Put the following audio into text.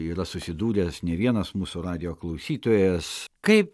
yra susidūręs ne vienas mūsų radijo klausytojas kaip